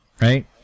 right